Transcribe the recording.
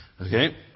Okay